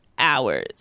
Hours